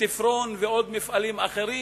"תפרון" ועוד מפעלים אחרים.